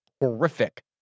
horrific